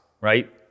right